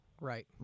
Right